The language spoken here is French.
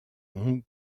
hong